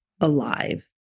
alive